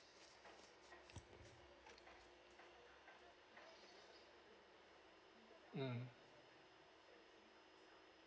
mm